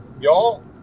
y'all